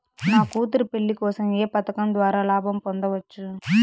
నా కూతురు పెళ్లి కోసం ఏ పథకం ద్వారా లాభం పొందవచ్చు?